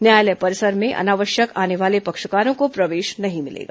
न्यायालय परिसर में अनावश्यक आने वाले पक्षकारों को प्रवेश नहीं मिलेगा